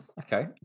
okay